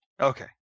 Okay